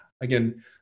Again